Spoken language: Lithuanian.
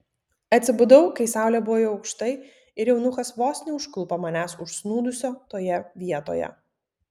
atsibudau kai saulė buvo jau aukštai ir eunuchas vos neužklupo manęs užsnūdusio toje vietoje